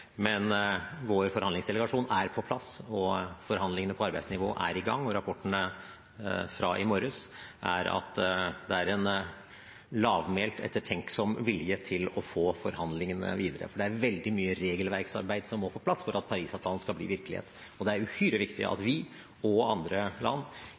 men vår forhandlingsdelegasjon er på plass. Forhandlingene på arbeidsnivå er i gang, og rapportene fra i morges er at det er en lavmælt, ettertenksom vilje til å få forhandlingene videre. For det er veldig mye regelverksarbeid som må på plass for at Paris-avtalen skal bli virkelighet, og det er uhyre viktig at vi og andre land